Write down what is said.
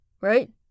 right